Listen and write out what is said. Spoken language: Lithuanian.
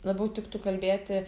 labiau tiktų kalbėti